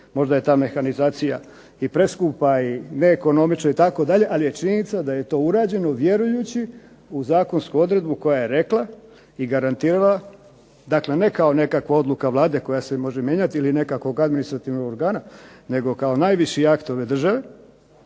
možda je ta mehanizacija i preskupa i neekonomična itd. Ali je činjenica da je to urađeno vjerujući u zakonsku odredbu koja je rekla i garantirala, dakle ne kao nekakva odluka Vlade koja se može mijenjati ili nekakvog administrativnog organa, nego kao najviši akt ove države,